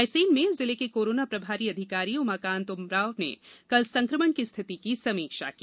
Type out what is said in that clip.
रायसेन में जिले के कोरोना प्रभारी अधिकारी उमाकान्त उमराव ने कल संक्रमण की स्थिति की समीक्षा की